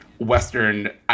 Western